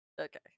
okay